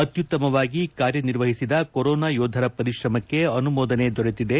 ಅತ್ಯುತ್ತಮವಾಗಿ ಕಾರ್ಯನಿರ್ವಹಿಸಿದ ಕೊರೊನಾ ಯೋಧರ ಪರಿಶ್ರಮಕ್ಕೆ ಅನುಮೋದನೆ ದೊರೆತಿದೆ